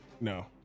No